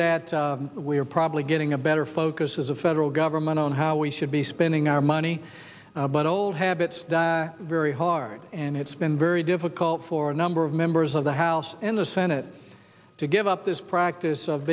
that we are probably getting a better focus as a federal government on how we should be spending our money but old habits die very hard and it's been very difficult for a number of members of the house and the senate to give up this practice of